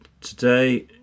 today